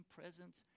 presence